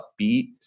upbeat